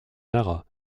nara